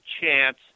chance